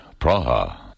Praha